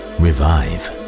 revive